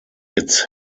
its